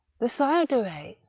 the sire de